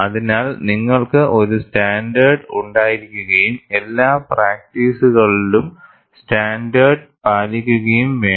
അതിനാൽ നിങ്ങൾക്ക് ഒരു സ്റ്റാൻഡേർഡ് ഉണ്ടായിരിക്കുകയും എല്ലാ പ്രാക്റ്റീസുകളിലും സ്റ്റാൻഡേർഡ് പാലിക്കുകയും വേണം